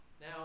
Now